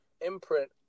Imprint